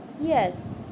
Yes